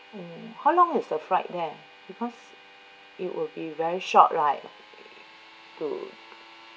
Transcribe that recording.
mm how long is the flight there because it will be very short right to